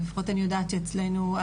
לפחות אני יודעת שאצלנו.